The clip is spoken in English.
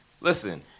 Listen